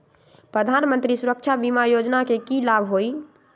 प्रधानमंत्री सुरक्षा बीमा योजना के की लाभ हई?